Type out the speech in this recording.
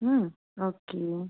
okay